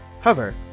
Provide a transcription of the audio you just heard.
Hover